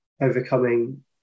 overcoming